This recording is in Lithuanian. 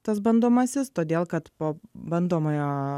tas bandomasis todėl kad po bandomojo